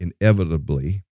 inevitably